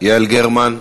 יעל גרמן,